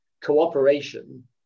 cooperation